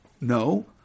no